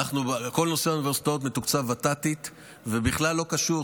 כל נושא האוניברסיטאות מתוקצב ות"תית ובכלל לא קשור,